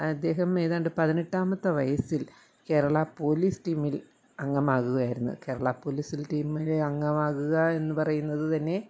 അദ്ദേഹം ഏതാണ്ട് പതിനെട്ടാമത്തെ വയസ്സിൽ കേരള പോലീസ് ടീമിൽ അംഗമാകുകയായിരുണ്ണു കേരള പോലീസ് ടീമിലെ അംഗമാകുക എന്ന് പറയുന്നത് തന്നെ